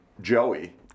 Joey